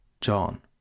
John